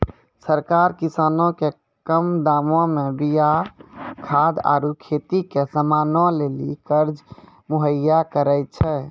सरकार किसानो के कम दामो मे बीया खाद आरु खेती के समानो लेली कर्जा मुहैय्या करै छै